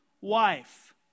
wife